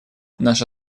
наша